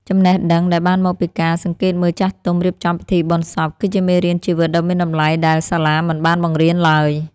ចំណេះដឹងដែលបានមកពីការសង្កេតមើលចាស់ទុំរៀបចំពិធីបុណ្យសព គឺជាមេរៀនជីវិតដ៏មានតម្លៃដែលសាលាមិនបានបង្រៀនឡើយ។